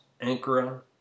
Ankara